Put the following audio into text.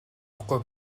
санахгүй